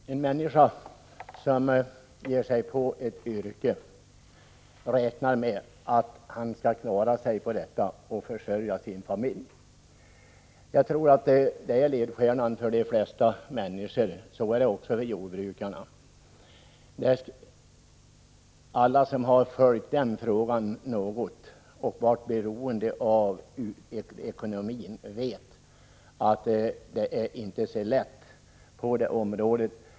Herr talman! En människa som ger sig in på en yrkesbana räknar med att hon skall kunna klara sig på detta yrke och kunna försörja sin familj. Jag tror att detta är ledstjärnan för de flesta människor, så är det också för jordbrukarna. Alla som har följt den här frågan något vet att det inte är så lätt för jordbrukarna att klara ekonomin.